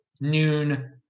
noon